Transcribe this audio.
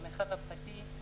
במרחב הפרטי,